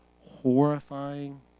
horrifying